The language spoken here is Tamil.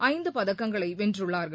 ஐந்து பதக்கங்களை வென்றுள்ளார்கள்